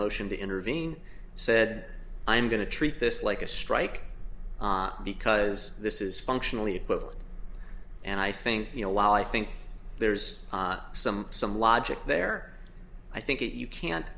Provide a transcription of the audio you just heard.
motion to intervene said i'm going to treat this like a strike because this is functionally equivalent and i think you know while i think there's some some logic there i think that you can't